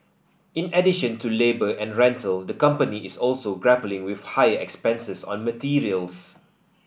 in addition to labour and rental the company is also grappling with higher expenses on materials